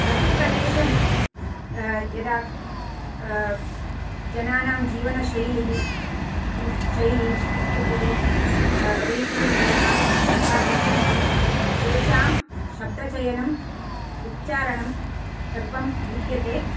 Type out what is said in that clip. प्रतिप्रदेशं यदा जनानाम् जीवनशैलिः सं शैली संस्कृतिः रीतिनीतयः यथा भिद्यन्ते तेषाम् शब्दचयनम् उच्चारणं सर्वं भिद्यते